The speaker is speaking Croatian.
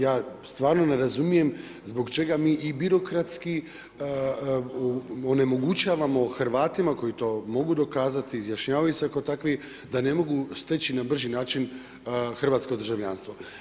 Ja stvarno ne razumijem zbog čega mi i birokratski onemogućavamo Hrvatima koji to mogu dokazati, izjašnjavaju se kao takvi, da ne mogu steći na brži način hrvatsko državljanstvo.